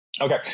Okay